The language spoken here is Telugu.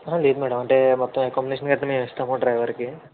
అహ లేదు మ్యాడం అంటే మొత్తం అకామిడేషన్ గట్ట మేమిస్తాము డ్రైవర్ కి